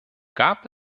gab